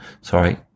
sorry